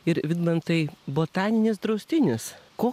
ir vidmantai botaninis draustinis ko